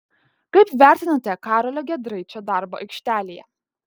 kaip vertinate karolio giedraičio darbą aikštelėje